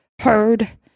heard